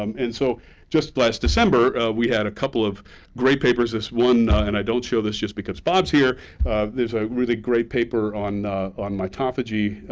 um and so just last december, we had a couple of great papers, this one and i don't show this just because bob's here there's a really great paper on on mitophagy,